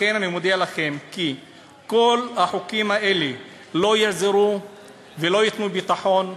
לכן אני מודיע לכם כי כל החוקים האלה לא יעזרו ולא ייתנו ביטחון.